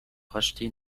racheter